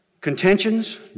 Contentions